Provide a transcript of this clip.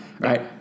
Right